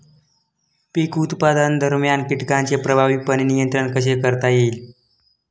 पीक उत्पादनादरम्यान कीटकांचे प्रभावीपणे नियंत्रण कसे करता येईल?